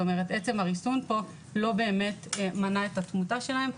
זאת אומרת עצם הריסון פה לא באמת מנע את התמותה שלהם,